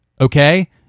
Okay